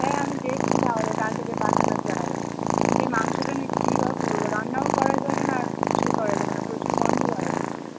হ্যাঁ আমি দেখছি তাহলে কাকে দিয়ে পাঠানো যায় কিন্তু এই মাংসটা নিয়ে কি বা করবো রান্নাও করা যাবে না আর কিছুই করা যাবে না প্রচুর গন্ধ বার হচ্ছে